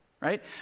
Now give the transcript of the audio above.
right